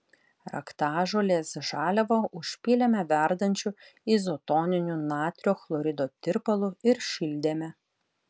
raktažolės žaliavą užpylėme verdančiu izotoniniu natrio chlorido tirpalu ir šildėme